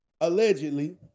allegedly